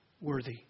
worthy